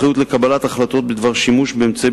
אחריות לקבלת החלטות בדבר שימוש באמצעי